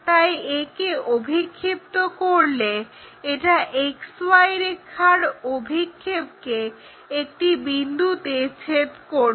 তাই একে অভিক্ষিপ্ত করলে এটা XY রেখার অভিক্ষেপকে একটি বিন্দুতে ছেদ করবে